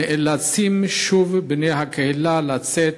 נאלצים שוב בני הקהילה לצאת